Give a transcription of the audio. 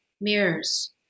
mirrors